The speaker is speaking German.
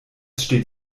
steht